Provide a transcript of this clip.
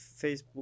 Facebook